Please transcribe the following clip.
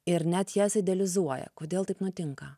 ir net jas idealizuoja kodėl taip nutinka